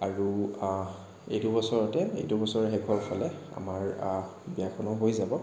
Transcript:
আৰু এইটো বছৰতে এইটো বছৰৰ শেষৰ ফালে আমাৰ বিয়াখনো হৈ যাব